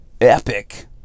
epic